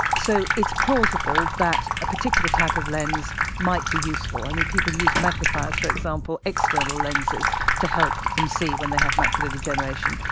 so, it's plausible that a particular type of lens might be useful, i mean people use magnifiers, for example, external lenses, to help them see when they have macular degeneration,